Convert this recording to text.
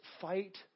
fight